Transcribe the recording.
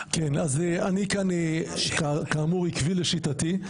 אני כאן, כאמור, עקבי לשיטתי.